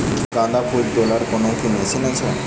গাঁদাফুল তোলার কোন মেশিন কি আছে?